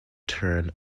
turn